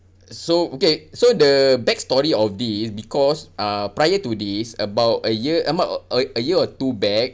so okay so the back story of this because uh prior to this about a year about uh a year or two back